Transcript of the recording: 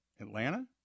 Atlanta